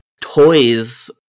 toys